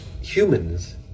humans